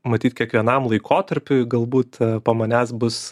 matyt kiekvienam laikotarpiui galbūt po manęs bus